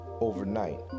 overnight